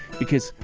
because,